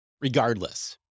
Regardless